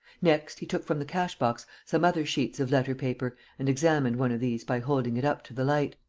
next, he took from the cash-box some other sheets of letter-paper and examined one of these by holding it up to the light